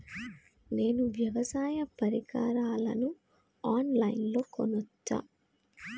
నేను వ్యవసాయ పరికరాలను ఆన్ లైన్ లో కొనచ్చా?